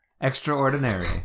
Extraordinary